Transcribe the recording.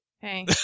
Hey